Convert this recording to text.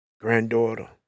granddaughter